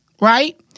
Right